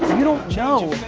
you don't know